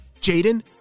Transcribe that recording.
Jaden